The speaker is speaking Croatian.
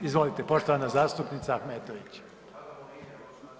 Izvolite poštovana zastupnica Ahmetović.